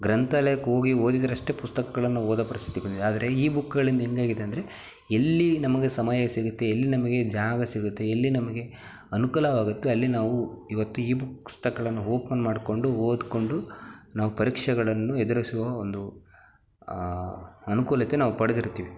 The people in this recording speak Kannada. ಗ್ರಂಥಾಲಯಕ್ಕೆ ಹೋಗಿ ಓದಿದರಷ್ಟೇ ಪುಸ್ತಕಗಳನ್ನು ಓದೋ ಪರಿಸ್ಥಿತಿ ಬಂದಿದೆ ಆದರೆ ಈ ಬುಕ್ಗಳಿಂದ ಹೇಗಾಗಿದೆ ಅಂದರೆ ಎಲ್ಲಿ ನಮಗೆ ಸಮಯ ಸಿಗುತ್ತೆ ಎಲ್ಲಿ ನಮಗೆ ಜಾಗ ಸಿಗುತ್ತೆ ಎಲ್ಲಿ ನಮಗೆ ಅನುಕೂಲವಾಗುತ್ತೆ ಅಲ್ಲಿ ನಾವು ಇವತ್ತು ಈ ಬುಕ್ಸುಗಳನ್ನ ಓಪನ್ ಮಾಡಿಕೊಂಡು ಓದಿಕೊಂಡು ನಾವು ಪರೀಕ್ಷೆಗಳನ್ನು ಎದುರಿಸುವ ಒಂದು ಅನುಕೂಲತೆ ನಾವು ಪಡೆದಿರ್ತೀವಿ